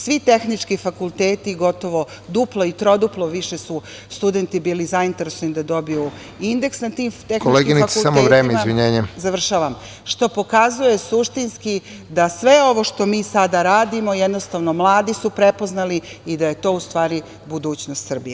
Svi tehnički fakulteti, gotovo duplo i troduplo više su studenti bili zainteresovani da dobiju indeks na tim tehničkim fakultetima, što pokazuje, suštinski da sve ovo što mi sada radimo, mladi su prepoznali i da je to u stvari budućnost Srbije.